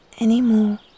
anymore